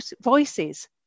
voices